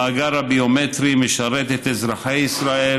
המאגר הביומטרי משרת את אזרחי ישראל,